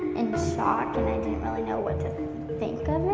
in shock, and i didn't really know what to think of it.